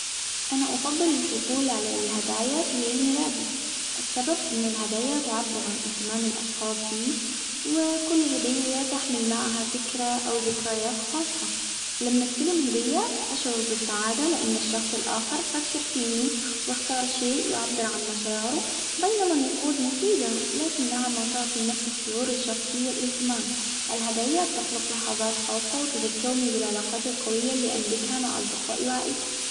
أنا أفضل الحصول على الهدايا في عيد ميلادي، السبب أن الهدايا تعبر عن إهتمام الاشخاص بي، وكل هدية تحمل معها فكرة أو ذكريات خاصة، لما أستلم هدية أشعر بالسعادة لأن الشخص الآخر فكر فيني وأختار شيء يعبر عن مشاعره ، بينما النقود مفيدة لكنها ما تعطي نفس الشعور الشخصي والإهتمام، الهدايا تخلق لحظات خاصة وتذكرني بالعلاقات القوية اللي أملكها مع اصدقائي وعائلتي.